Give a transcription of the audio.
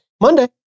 monday